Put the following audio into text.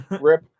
Rip